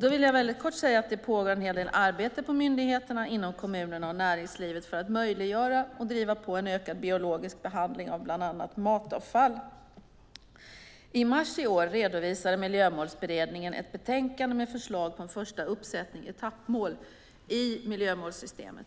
Jag vill kort säga att det pågår en hel del arbete på myndigheterna, inom kommunerna och näringslivet för att möjliggöra och driva på för en ökad biologisk behandling av bland annat matavfall. I mars i år redovisade Miljömålsberedningen ett betänkande med förslag på en första uppsättning etappmål i miljömålssystemet.